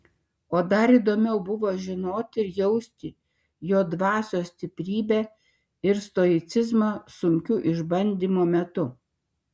o dar įdomiau buvo žinoti ir jausti jo dvasios stiprybę ir stoicizmą sunkių išbandymų metu